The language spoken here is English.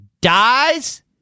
dies